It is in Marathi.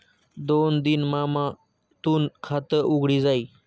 दोन दिन मा तूनं खातं उघडी जाई